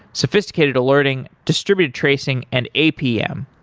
sophisticated alerting, distributed tracing and apm.